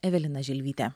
evelina želvytė